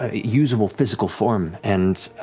ah usable, physical form. and